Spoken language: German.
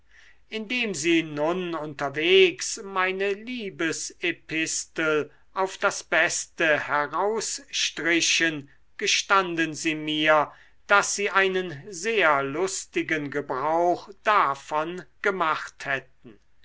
indem sie nun unterwegs meine liebesepistel auf das beste herausstrichen gestanden sie mir daß sie einen sehr lustigen gebrauch davon gemacht hätten